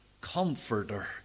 comforter